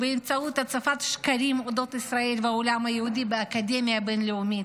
באמצעות הפצת שקרים על ישראל והעולם היהודי באקדמיה הבין-לאומית.